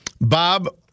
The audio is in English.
Bob